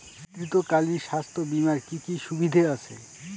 মাতৃত্বকালীন স্বাস্থ্য বীমার কি কি সুবিধে আছে?